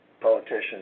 politicians